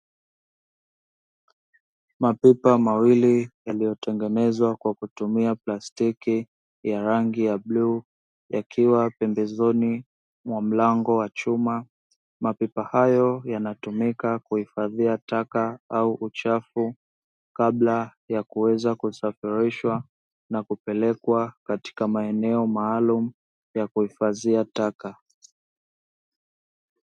Mapipa mawili yaliyotengenezwa kwa kutumia plastiki ya rangi ya bluu, yakiwa pembezoni mwa mlango wa chuma. Mapipa hayo yanatumika kuifadhia taka au uchafu kabla ya kuweza kusafirishwa na kupelekwa katika maeneo maalumu ya kuifadhia taka.